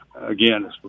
again